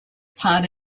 part